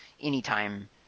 anytime